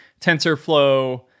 TensorFlow